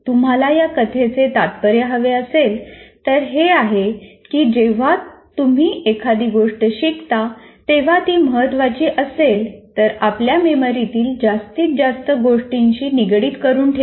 तुम्हाला या कथेचे तात्पर्य हवे असेल तर ते हे आहे की जेव्हा तुम्ही एखादी गोष्ट शिकता तेव्हा ती महत्त्वाची असेल तर आपल्या मेमरीतील जास्तीत जास्त गोष्टींशी निगडित करून ठेवा